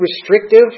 restrictive